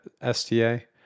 STA